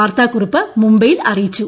വാർത്താക്കുറിപ്പ് മുംബൈയിൽ അറിയിച്ചു